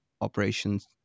operations